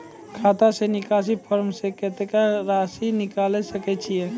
खाता से निकासी फॉर्म से कत्तेक रासि निकाल सकै छिये?